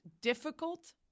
difficult